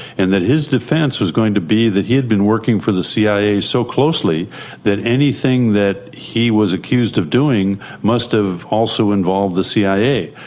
and that his defence was going to be that he had been working for the cia so closely that anything that he was accused of doing must have also involved the cia.